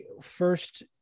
first